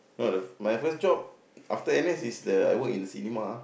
no the my first job after N_S is the I work in cinema